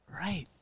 Right